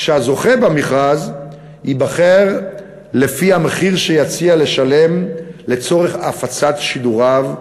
והזוכה במכרז ייבחר לפי המחיר שיציע לשלם לצורך הפצת שידוריו,